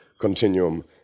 continuum